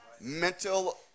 mental